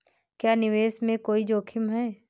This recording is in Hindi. क्या निवेश में कोई जोखिम है?